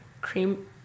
Cream